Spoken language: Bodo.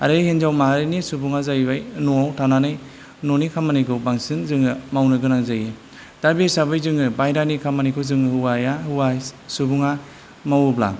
आरो हिन्जाव माहारिनि सुबुंआ जाहैबाय न'आव थानानै न'नि खामानिखौ बांसिन जोङो मावनो गोनां जायो दा बे हिसाबै जोङो बाहेरानि खामनिखौ जोङो हौवाया हौवा सुबुंआ मावोब्ला